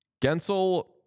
Gensel